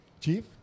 Chief